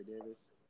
Davis